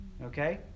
Okay